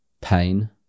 pain